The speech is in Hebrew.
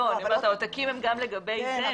העותקים הם גם לגבי זה.